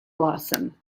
blossom